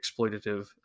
exploitative